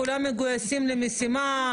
כולם מגויסים למשימה,